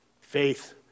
Faith